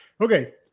okay